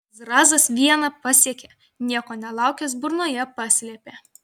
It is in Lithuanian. zrazas vieną pasiekė nieko nelaukęs burnoje paslėpė